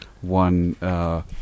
one